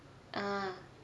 ah